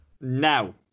Now